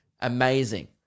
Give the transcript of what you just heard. amazing